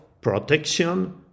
protection